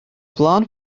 blond